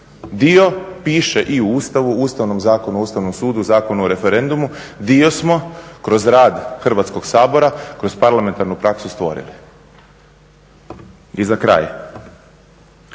Dio piše i u Ustavu, Ustavnom zakonu o Ustavnom sudu, Zakonu o referendumu, dio smo kroz rad Hrvatskog sabora, kroz parlamentarnu praksu stvorili. I za kraj,